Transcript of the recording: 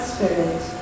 Spirit